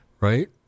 right